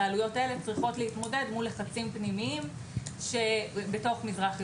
הבעלויות האלה צריכים להתמודד מול לחצים פנימיים בתוך מזרח ירושלים.